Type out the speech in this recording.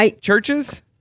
churches